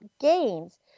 gains